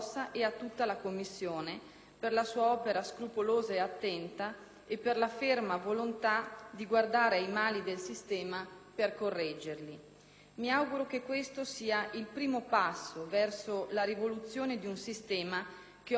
per la sua opera scrupolosa e attenta e per la ferma volontà di guardare ai mali del sistema per correggerli. Mi auguro che questo sia il primo passo verso la rivoluzione di un sistema che oggi appare, ed è,